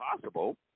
possible